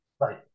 right